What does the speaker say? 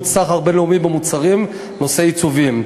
סחר בין-לאומי במוצרים נושאי עיצובים.